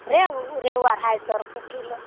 रेहु रेहु अढ़ाइ सओ रुपैए किलो